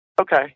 Okay